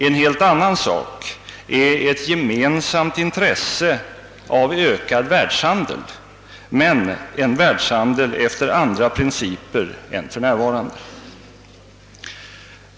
En helt annan sak är ett gemensamt intresse av ökad världshandel, men en världshandel efter andra principer än för närvarande.